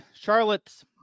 Charlotte's